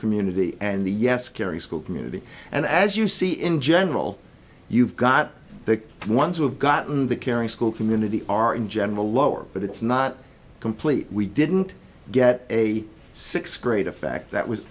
community and the yes kerry school community and as you see in general you've got the ones who have gotten the caring school community are in general lower but it's not complete we didn't get a sixth grade effect that was